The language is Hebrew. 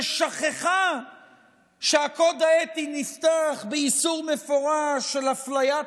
ושכחה שהקוד האתי נפתח באיסור מפורש של אפליית